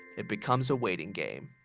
it becomes a waiting game.